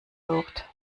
sucht